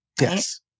yes